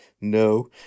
no